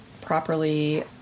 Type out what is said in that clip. properly